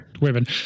women